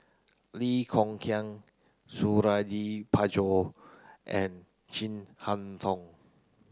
Lee Kong Chian Suradi Parjo and Chin Harn Tong